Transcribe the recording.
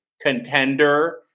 contender